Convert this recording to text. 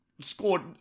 scored